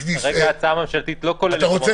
רוצה